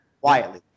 Quietly